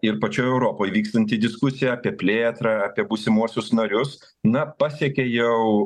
ir pačioj europoj vykstanti diskusija apie plėtrą apie būsimuosius narius na pasiekė jau